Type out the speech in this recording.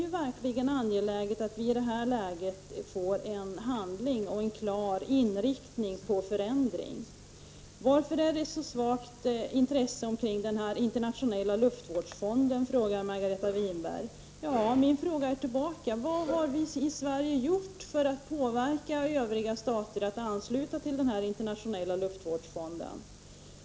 Det är mycket angeläget att vi i det här läget kommer till handling och får en klar inriktning mot förändring. Margareta Winberg frågar: Varför finns ett så svagt intresse för den internationella luftvårdsfonden? Jag ställer frågan tillbaka. Vad har vi i Sverige gjort för att påverka övriga stater att ansluta sig till den internationella luftvårdsfonden?